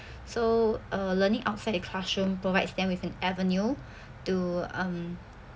so uh learning outside classroom provides them with an avenue to um